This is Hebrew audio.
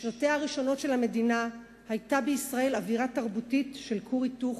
בשנותיה הראשונות של המדינה היתה בישראל אווירה תרבותית של כור היתוך,